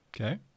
okay